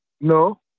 No